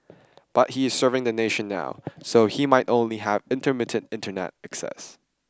but he is serving the nation now so he might only have intermittent internet access